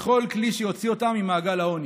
לכל כלי שיוציא אותם ממעגל העוני,